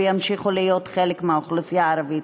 וימשיכו להיות חלק מהאוכלוסייה הערבית.